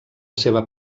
seva